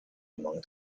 among